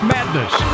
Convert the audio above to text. Madness